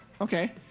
okay